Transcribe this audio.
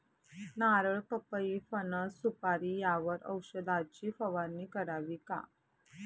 नारळ, पपई, फणस, सुपारी यावर औषधाची फवारणी करावी का?